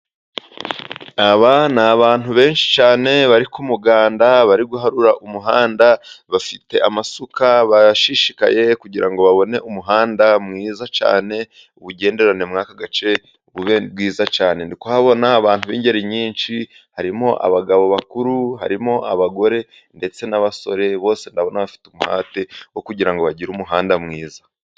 Aba ni abantu benshi cyane bari ku muganda, bari guharura umuhanda bafite amasuka barashishikaye, kugira ngo babone umuhanda mwiza cyane, ubugendererane muri aka gace bube bwiza cyane, ndi kuhabona abantu b'ingeri nyinshi harimo abagabo bakuru, harimo abagore, ndetse n'abasore, bose nabo bafite umuhate wo kugira ngo bagire umuhanda mwiza.